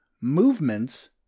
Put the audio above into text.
movements